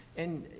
and,